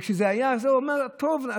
וכשזה היה, אז הוא אומר: טוב.